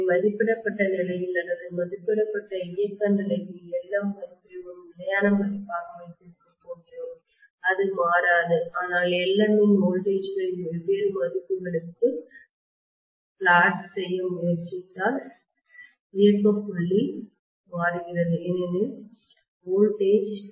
எனவே மதிப்பிடப்பட்ட நிலையில் அல்லது மதிப்பிடப்பட்ட இயக்க நிலையில் Lm மதிப்பை ஒரு நிலையான மதிப்பாக வைத்திருக்கப் போகிறோம் அது மாறாது ஆனால் Lm ஐவோல்டேஜ்களின் வெவ்வேறு மதிப்புகளுக்கு பிளாட் செய்ய முயற்சித்தால் இயக்க புள்ளி மாறுகிறது ஏனெனில் வோல்டேஜ்